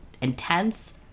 intense